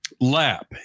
lap